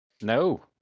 No